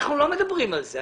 אנחנו לא מדברים על זה.